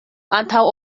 antaŭ